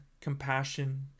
compassion